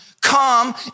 Come